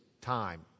time